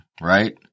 right